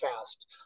fast